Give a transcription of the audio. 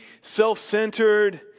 self-centered